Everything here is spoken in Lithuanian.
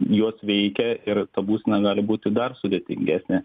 juos veikia ir ta būsena gali būti dar sudėtingesnė